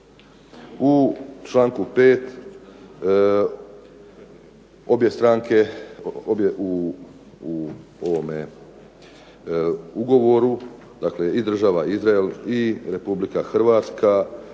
U članku 5. obje stranke u ovome ugovoru, dakle i Država Izrael i Republika Hrvatska